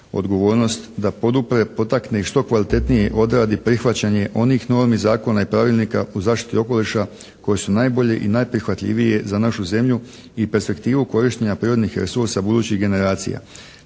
odgovornost da podupre, potakne i što kvalitetnije odradi prihvaćanje onih normi iz zakona i pravilnika u zaštiti okoliša koje su najbolje i najprihvatljivije za našu zemlju i perspektivu korištenja prirodnih resursa budućih generacija.